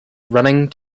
running